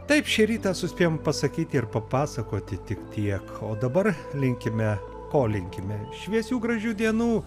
taip šį rytą suspėjom pasakyti ir papasakoti tik tiek o dabar linkime ko linkime šviesių gražių dienų